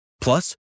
Plus